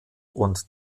und